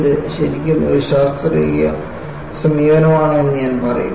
ഇത് ശരിക്കും ഒരു ശാസ്ത്രീയ സമീപനമാണ് എന്ന് ഞാൻ പറയും